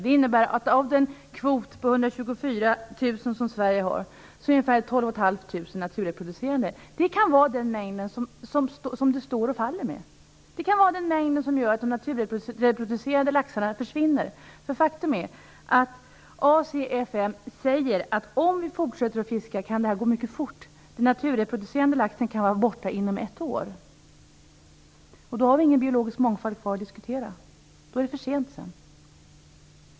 Det innebär att av den kvot på 124 000 som Sverige har är ungefär 12 500 naturreproducerande. Det kan vara den mängd som det står och faller med. Det kan vara den mängd som gör att de naturreproducerande laxarna försvinner. Faktum är att ACFM säger att om vi fortsätter att fiska kan detta gå mycket fort. Den naturreproducerande laxen kan vara borta inom ett år. Då har vi ingen biologisk mångfald kvar att diskutera. Då är det för sent.